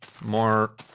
more